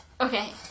Okay